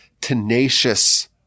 tenacious